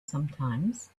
sometimes